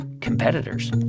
competitors